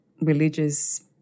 religious